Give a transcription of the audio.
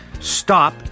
Stop